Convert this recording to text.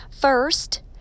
First